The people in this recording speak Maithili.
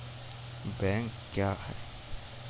बैंक क्या हैं?